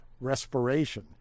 respiration